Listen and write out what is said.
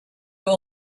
were